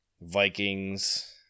Vikings